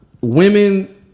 Women